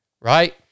right